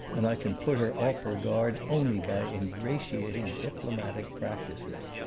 and i can put her off her guard only by ingratiating diplomatic practices.